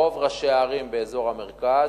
רוב ראשי הערים באזור המרכז,